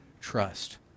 trust